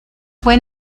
fue